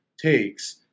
takes